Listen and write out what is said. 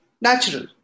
natural